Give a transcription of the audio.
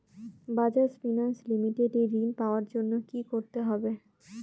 Bajaj Finance Limited এ ঋন পাওয়ার জন্য কি করতে হবে?